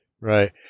Right